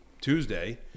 tuesday